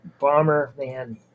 Bomberman